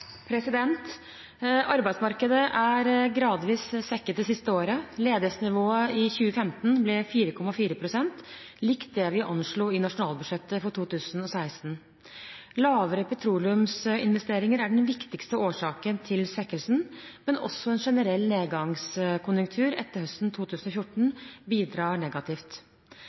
Arbeidsmarkedet er gradvis svekket det siste året. Ledighetsnivået i 2015 ble 4,4 pst., likt det vi anslo i nasjonalbudsjettet for 2016. Lavere petroleumsinvesteringer er den viktigste årsaken til svekkelsen, men også en generell nedgangskonjunktur etter høsten 2014 bidrar negativt.